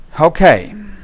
okay